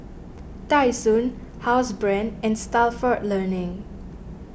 Tai Sun Housebrand and Stalford Learning